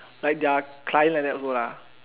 like their client like that also lah